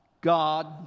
God